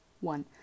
one